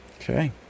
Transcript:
Okay